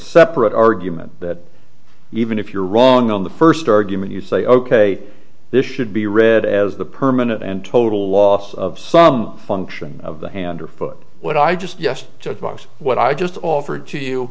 separate argument that even if you're wrong on the first argument you say ok this should be read as the permanent and total loss of some function of the hand or foot what i just yes what i just offered to you